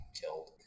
killed